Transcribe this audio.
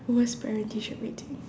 worst parent teacher meeting